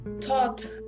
taught